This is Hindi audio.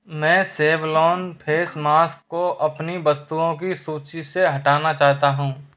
मैं सेवलॉन फेस मास्क को अपनी वस्तुओं की सूची से हटाना चाहता हूँ